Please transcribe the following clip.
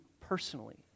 personally